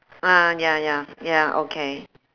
ah ya ya ya okay